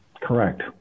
Correct